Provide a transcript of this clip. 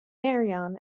marion